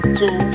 two